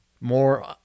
more